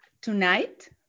tonight